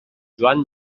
joan